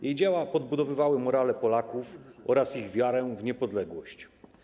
Jej dzieła podbudowywały morale Polaków oraz ich wiarę w niepodległość.